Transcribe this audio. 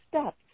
steps